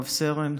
רב-סרן,